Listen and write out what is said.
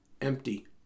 empty